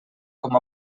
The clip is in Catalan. com